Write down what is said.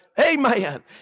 Amen